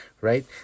right